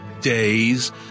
days